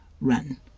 Run